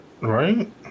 right